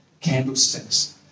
candlesticks